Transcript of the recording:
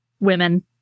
women